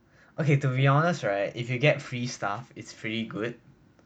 okay to be honest right if you get free stuff it's pretty good